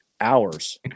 hours